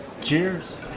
Cheers